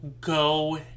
go